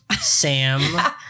Sam